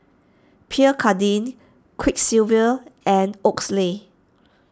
Pierre Cardin Quiksilver and Oakley